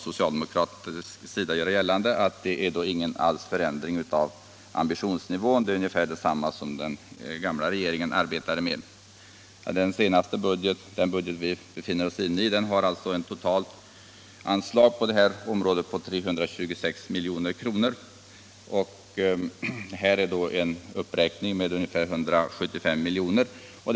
Socialdemokraterna vill göra gällande att det inte innebär något förändring av ambitionsnivån. Den är ungefär densamma som den nivå den gamla regeringen arbetade efter. Den senaste budgeten, alltså den vi nu arbetar efter, innehåller ett anslag på detta område på totalt 326 milj.kr. En uppräkning har alltså skett med ungefär 175 milj.kr.